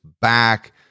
back